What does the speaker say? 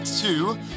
two